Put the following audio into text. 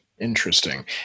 Interesting